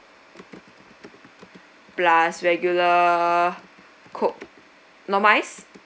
plus regular coke normal ice